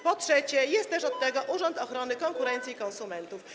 Po trzecie, jest też od tego Urząd Ochrony Konkurencji i Konsumentów.